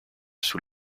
sous